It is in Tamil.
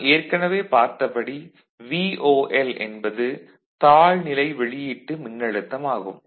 நாம் ஏற்கனவே பார்த்தபடி VOL என்பது தாழ்நிலை வெளியீட்டு மின்னழுத்தம் ஆகும்